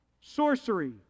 sorcery